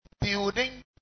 Building